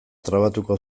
trabatuko